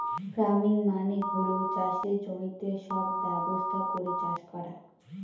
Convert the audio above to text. farming মানে হল চাষের জমিতে সব ব্যবস্থা করে চাষ করা